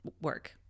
work